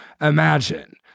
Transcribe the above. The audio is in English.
imagine